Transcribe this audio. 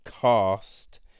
cast